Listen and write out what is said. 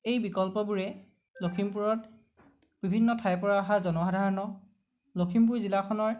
এই বিকল্পবোৰে লখিমপুৰত বিভিন্ন ঠাইৰ পৰা অহা জনসাধাৰণক লখিমপুৰ জিলাখনৰ